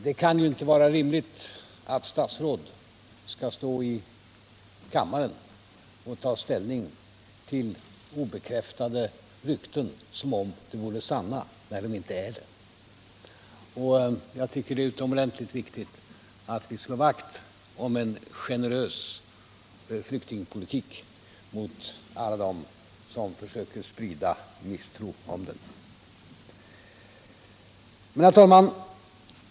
Det kan ju inte vara rimligt att statsråd skall stå i kammaren och ta ställning till obekräftade rykten som om de vore sanna, när de inte är det. Jag tycker att det är utomordentligt viktigt att vi slår vakt om en generös flyktingpolitik mot alla dem som försöker sprida misstro kring den. Herr talman!